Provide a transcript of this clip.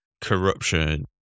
corruption